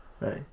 Right